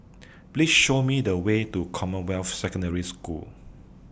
Please Show Me The Way to Commonwealth Secondary School